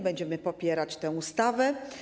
Będziemy popierać tę ustawę.